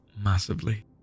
massively